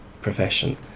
profession